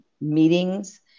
meetings